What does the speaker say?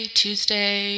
tuesday